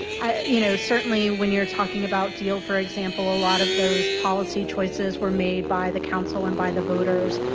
i think you know certainly when you're talking about deal for example, a lot of those policy choices were made by the council and by the voters,